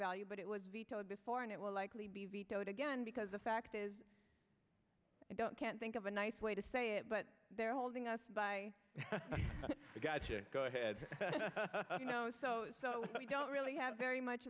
value but it was vetoed before and it will likely be vetoed again because the fact is i don't can't think of a nice way to say it but they're holding us by go ahead you know so we don't really have very much